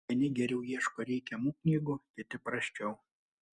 vieni geriau ieško reikiamų knygų kiti prasčiau